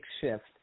shift